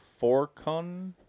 Forcon